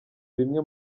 bimwe